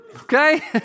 Okay